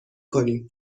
کنیم